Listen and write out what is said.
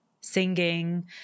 singing